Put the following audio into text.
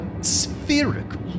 spherical